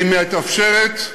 היא מתאפשרת,